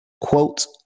quote